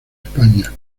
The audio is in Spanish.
españa